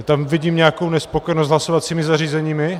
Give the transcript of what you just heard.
Tam vidím nějakou nespokojenost s hlasovacími zařízeními?